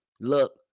Look